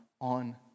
on